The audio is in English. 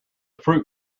fruit